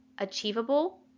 achievable